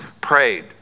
prayed